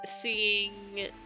seeing